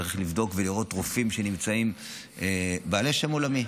צריך לבדוק ולראות שהרופאים שנמצאים הם בעלי שם עולמי.